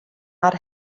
har